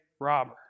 robber